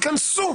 ייכנסו.